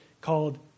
called